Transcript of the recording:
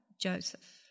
Joseph